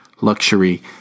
luxury